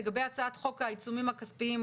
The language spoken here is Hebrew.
לגבי הצעת חוק העיצומים הכספיים,